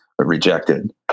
rejected